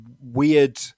weird